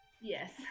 Yes